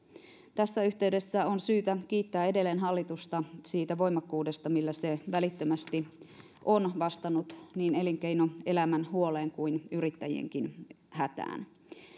tässä yhteydessä on syytä kiittää edelleen hallitusta siitä voimakkuudesta millä se se välittömästi on vastannut niin elinkeinoelämän huoleen kuin yrittäjienkin hätään